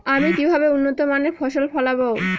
আমি কিভাবে উন্নত মানের ফসল ফলাবো?